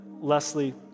Leslie